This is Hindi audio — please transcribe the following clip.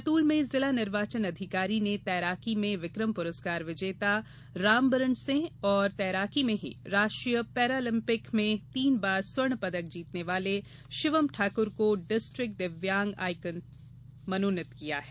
बैतूल में जिला निर्वाचन अधिकारी ने तैराकी में विक्रम पुरस्कार विजेता रामबरन सिंह और तैराकी में ही राष्ट्रीय पैरालिंपिक में तीन बार स्वर्ण पदक जीतने वाले शिवम ठाकुर को डिस्ट्रिक्ट दिव्यांग आईकॉन मनोनित किये हैं